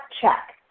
check